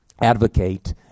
advocate